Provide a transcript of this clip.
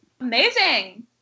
Amazing